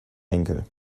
enkel